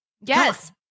Yes